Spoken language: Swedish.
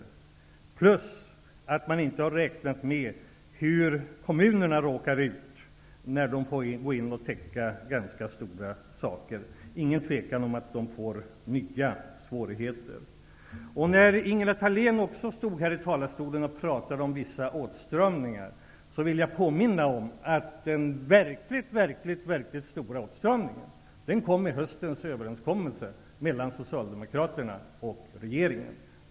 Dessutom har man inte räknat med den situation som kommunerna råkar i när de går in och täcker. Och då kan det gälla ganska stora saker. Det råder inget tvivel om att kommunerna får nya svårigheter. Ingela Thalén talade här i talarstolen om vissa åtstramningar. Men då vill jag påminna om att den verkligt stora åtstramningen kom i samband med höstens överenskommelse mellan Socialdemokraterna och regeringen.